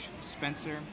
Spencer